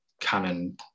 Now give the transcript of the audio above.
Canon